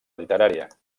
literària